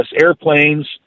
Airplanes